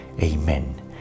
Amen